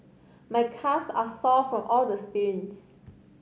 my calves are sore from all the sprints